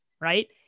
Right